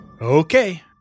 Okay